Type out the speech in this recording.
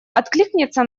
откликнется